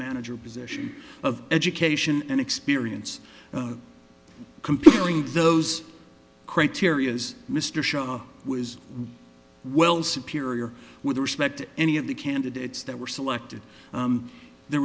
manager position of education and experience comparing those criteria as mr show was well superior with respect to any of the candidates that were selected there